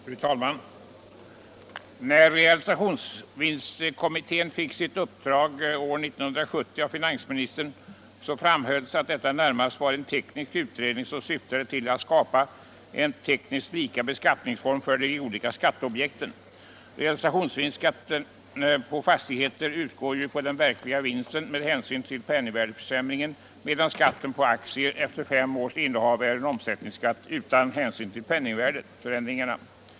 Fru talman! När realisationsvinstkommittén fick sitt uppdrag av finansministern år 1970 framhölls att detta närmast var en teknisk utredning, som syftade till att skapa en tekniskt lika beskattningsform för de olika skatteobjekten. Realisationsvinstskatten på fastigheter utgår ju på den verkliga vinsten med hänsyn till penningvärdeförsämringen, medan skatten på aktier efter fem års innehav är en omsättningsskatt utan hänsyn till penningvärdets förändringar.